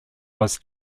was